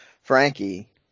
Frankie